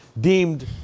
deemed